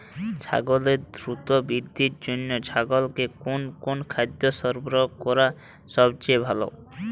ছাগলের দ্রুত বৃদ্ধির জন্য ছাগলকে কোন কোন খাদ্য সরবরাহ করা সবচেয়ে ভালো?